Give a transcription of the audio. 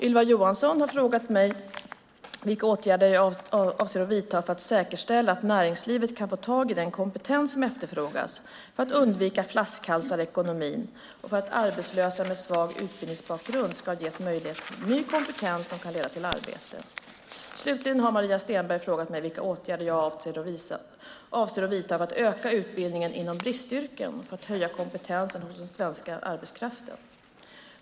Ylva Johansson har frågat mig vilka åtgärder jag avser att vidta för att säkerställa att näringslivet kan få tag i den kompetens som efterfrågas för att undvika flaskhalsar i ekonomin och för att arbetslösa med svag utbildningsbakgrund ska ges möjlighet till ny kompetens som kan leda till arbete. Slutligen har Maria Stenberg frågat mig vilka åtgärder jag avser att vidta för att öka utbildningen inom bristyrken och för att höja kompetensen hos den svenska arbetskraften.